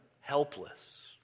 helpless